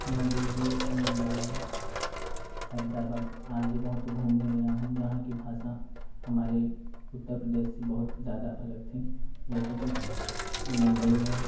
मैं दिल्ली मुंबई हैदराबाद आदि जगहों पर घूमने गया हूँ जहाँ कि भाषा हमारे उत्तर प्रदेश से बहुत ज़्यादा अलग थी जैसे कि मुंबई में